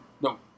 no